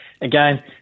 Again